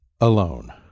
alone